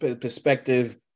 perspective